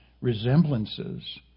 resemblances